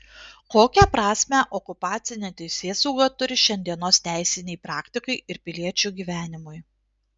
kokią prasmę okupacinė teisėsauga turi šiandienos teisinei praktikai ir piliečių gyvenimui